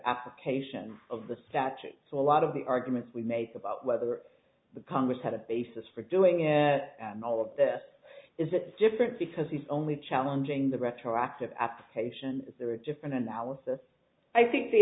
application of the statute so a lot of the arguments we made about whether the congress had a basis for doing in all of this is that different because the only challenging the retroactive application is there a different analysis i think the